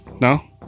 No